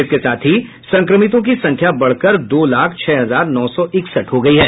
इसके साथ ही संक्रमितों की संख्या बढ़कर दो लाख छह हजार नौ सौ इकसठ हो गयी है